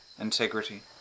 integrity